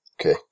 okay